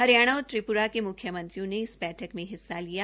हरियाणा और त्रिप्रा के मुख्यमंत्रियों ने इस बैठक में हिस्सा लिया